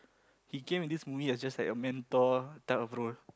he came in this movie as just like a mentor type of role